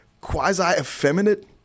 quasi-effeminate